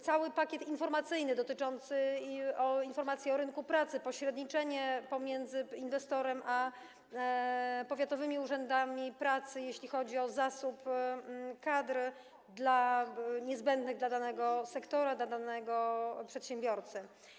Cały pakiet informacyjny dotyczący informacji o rynku pracy, pośredniczenie pomiędzy inwestorem a powiatowymi urzędami pracy, jeśli chodzi o zasób kadr niezbędnych dla danego sektora, dla danego przedsiębiorcy.